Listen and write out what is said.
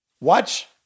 Watch